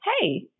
hey